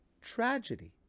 tragedy